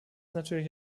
natürlich